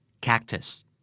cactus